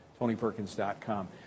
TonyPerkins.com